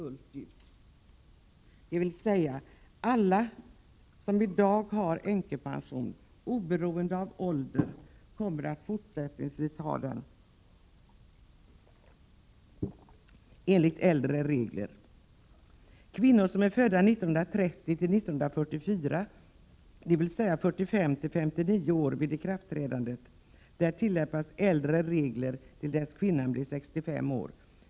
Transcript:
Det vill säga att alla som i dag har änkepension, oberoende av ålder, kommer att fortsättningsvis ha denna pension enligt äldre regler. För kvinnor som är födda 1930-1944, alltså 45 till 59 år vid ikraftträdandet, tillämpas äldre regler till dess att kvinnan blir 65 år.